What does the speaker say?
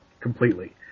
completely